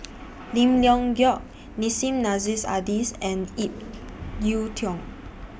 Lim Leong Geok Nissim Nassim Adis and Ip Yiu Tung